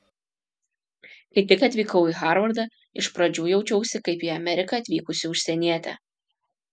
kai tik atvykau į harvardą iš pradžių jaučiausi kaip į ameriką atvykusi užsienietė